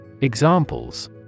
Examples